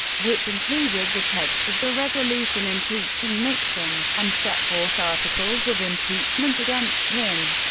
which included the text of the resolution impeaching nixon and set forth articles of impeachment against him.